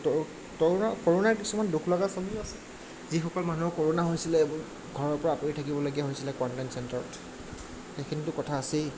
তো কৰোণাৰ কিছুমান দুখ লগা ছবিও আছে যিসকল মানুহৰ কৰোণা হৈছিলে এইবোৰ ঘৰৰ পৰা আঁতৰি থাকিব লগীয়া হৈছিলে কোৱাৰেণ্টাইন চেণ্টাৰত সেইখিনিটো কথা আছেই